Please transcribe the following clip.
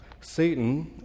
Satan